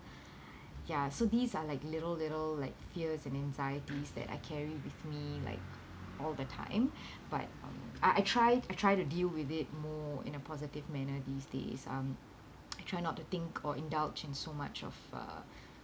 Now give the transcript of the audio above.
ya so these are like little little like fears and anxieties that I carry with me like all the time but uh I try I try to deal with it more in a positive manner these days um I try not to think or indulge in so much of a